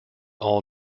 all